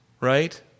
Right